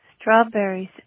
Strawberries